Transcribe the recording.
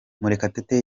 murekatete